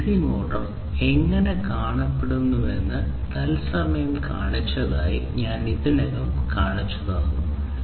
ഒരു DC motor എങ്ങനെ കാണപ്പെടുന്നുവെന്ന് തത്സമയം കാണിച്ചതായി ഞാൻ ഇതിനകം കാണിച്ചുതന്നു